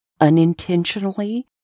unintentionally